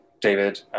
David